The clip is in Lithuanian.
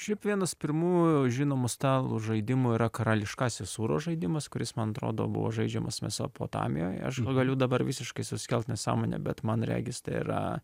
šiaip vienas pirmųjų žinomų stalo žaidimų yra karališkasis ūros žaidimas kuris man atrodo buvo žaidžiamas mesopotamijoje aišku galiu dabar visiškai susikelt nesąmonę bet man regis tai yra